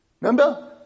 Remember